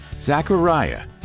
Zechariah